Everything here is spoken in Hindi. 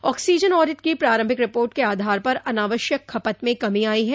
ऑक्सीजन आडिड की प्रारम्भिक रिपोर्ट के आधार पर अनावश्यक खपत में कमो आई है